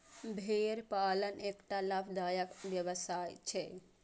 भेड़ पालन एकटा लाभदायक व्यवसाय छियै